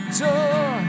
door